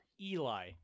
Eli